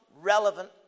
relevant